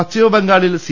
പശ്ചിമബംഗാളിൽ സി